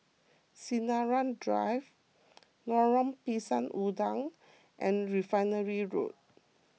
Sinaran Drive Lorong Pisang Udang and Refinery Road